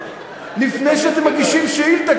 לפני שאתם מגישים שאילתה,